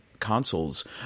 consoles